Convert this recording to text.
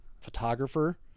photographer